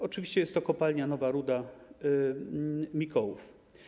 Oczywiście są to kopalnie Nowa Ruda, Mikołów.